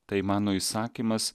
tai mano įsakymas